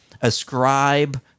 Ascribe